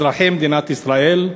אזרחי מדינת ישראל,